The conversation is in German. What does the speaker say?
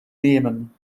nehmen